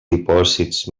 dipòsits